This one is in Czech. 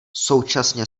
současně